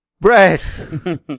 bread